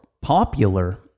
popular